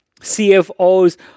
CFOs